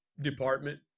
department